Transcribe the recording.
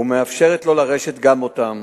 ומאפשרת לו לרשת גם אותם.